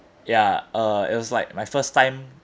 ya uh it was like my first time